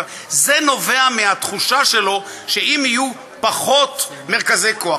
זה נובע מהתחושה שלו שאם יהיו פחות מרכזי כוח,